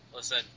Listen